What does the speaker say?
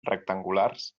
rectangulars